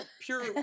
Pure